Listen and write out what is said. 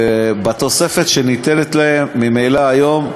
בתוספת שניתנת להם ממילא היום,